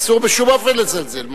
אסור בשום אופן לזלזל.